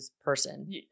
person